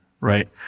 right